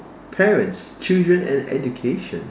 parents children and education